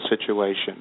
situation